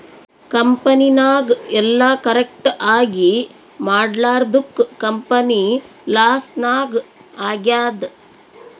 ಕಂಪನಿನಾಗ್ ಎಲ್ಲ ಕರೆಕ್ಟ್ ಆಗೀ ಮಾಡ್ಲಾರ್ದುಕ್ ಕಂಪನಿ ಲಾಸ್ ನಾಗ್ ಆಗ್ಯಾದ್